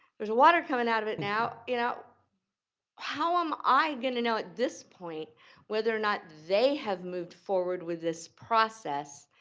there's water coming out of it now. you know how am i gonna know at this point whether or not they have moved forward with this process